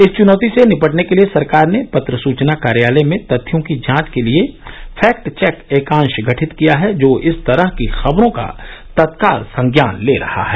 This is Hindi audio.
इस चुनौती से निपटने के लिए सरकार ने पत्र सुचना कार्यालय में तथ्यों की जांच के लिए फेक्ट चैक एकांश गठित किया है जो इस तरह की खबरों का तत्काल संज्ञान ले रहा है